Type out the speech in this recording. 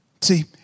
See